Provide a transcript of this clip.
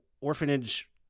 orphanage